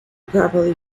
properly